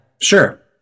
Sure